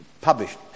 published